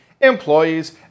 employees